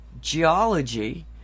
geology